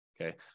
okay